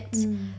mm